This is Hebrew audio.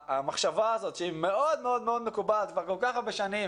המחשבה הזו שהיא מאוד מקובעת כבר הרבה מאוד שנים